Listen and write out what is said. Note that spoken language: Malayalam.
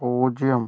പൂജ്യം